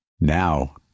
Now